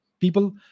people